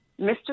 Mr